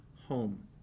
home